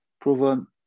proven